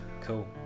Cool